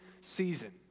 season